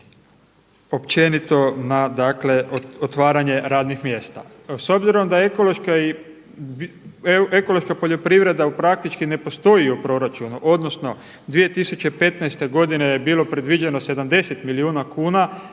općenito na, dakle otvaranje radnih mjesta. S obzirom da ekološka poljoprivreda praktički ne postoji u proračunu, odnosno 2015. godine je bilo predviđeno 70 milijuna kuna,